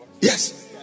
Yes